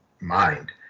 mind